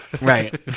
Right